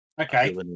Okay